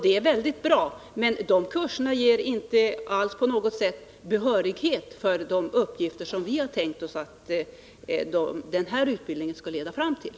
Det är väldigt bra, men de kurserna ger inte alls på något sätt behörighet för de uppgifter som vi har tänkt oss att denna utbildning skulle leda fram till.